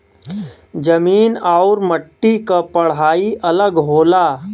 जमीन आउर मट्टी क पढ़ाई अलग होला